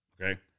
Okay